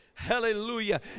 Hallelujah